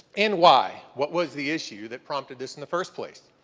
and why? what was the issue that prompted this in the first place?